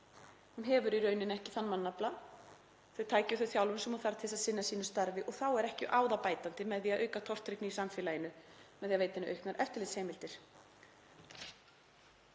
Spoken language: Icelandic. Hún hefur í rauninni ekki þann mannafla, þau tæki og þá þjálfun sem hún þarf til að sinna sínu starfi og þá er ekki á það bætandi með því að auka tortryggni í samfélaginu með því að veita henni auknar eftirlitsheimildir.